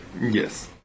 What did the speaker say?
Yes